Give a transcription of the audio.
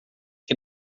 que